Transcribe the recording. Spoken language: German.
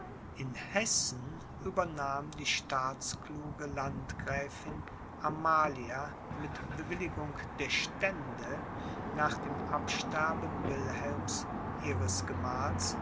in hessen übernahm die staatskluge landgräfin amalia mit bewilligung der stände nach dem absterben wilhelms ihres gemahls